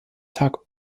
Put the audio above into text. tag